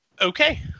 okay